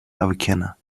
avicenna